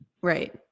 Right